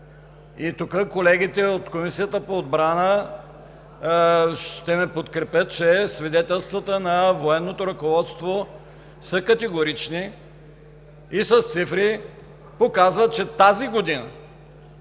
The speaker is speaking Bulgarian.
И тук колегите от Комисията по отбрана ще ме подкрепят, че свидетелствата на военното ръководство са категорични и с цифри показват, че тази година